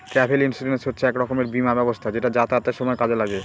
travel insurance হচ্ছে এক রকমের বীমা ব্যবস্থা যেটা যাতায়াতের সময় কাজে লাগে